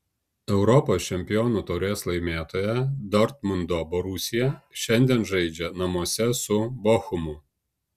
europos čempionų taurės laimėtoja dortmundo borusija šiandien žaidžia namuose su bochumu